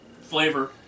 flavor